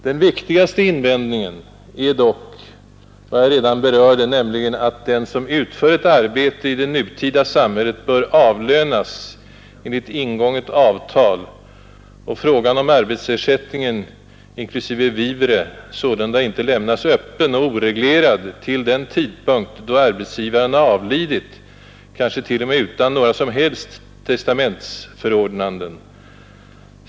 Den viktigaste invändningen är dock vad jag redan berört, nämligen att den som utför ett arbete i det nutida samhället bör avlönas enligt ingånget arbetsavtal, och frågan om arbetsersättningen inklusive vivre sålunda inte lämnas öppen och oreglerad till den tidpunkt, då arbetsgivaren avlidit, kanske t.o.m. utan några som helst testamentsförordnanden.